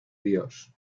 dios